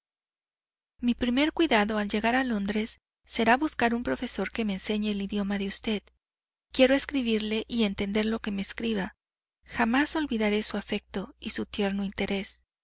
mi primer cuidado al llegar a londres será buscar un profesor que me enseñe el idioma de usted quiero escribirle y entender lo que me escriba jamás olvidaré su afecto y su tierno interés